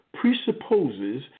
presupposes